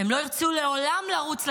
הן לא ירצו לעולם לרוץ לכנסת.